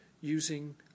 using